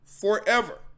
Forever